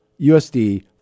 USD